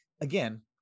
again